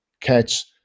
catch